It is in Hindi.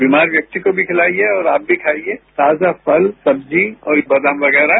बीमार व्यक्ति को भी खिलाइए और आप भी खाइए ताजा फल सब्जी और बादाम वगैरह